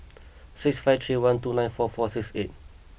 six five three one two nine four four six eight